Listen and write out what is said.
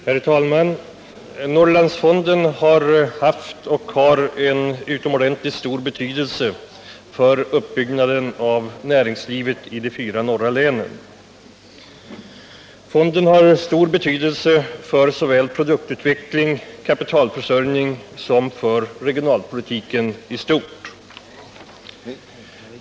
Herr talman! Norrlandsfonden har haft och har utomordentligt stor betydelse för uppbyggnaden av näringslivet i de fyra norra länen. Fonden har stor betydelse såväl för produktutveckling och kapitalförsörjning som för regionalpolitiken i stort.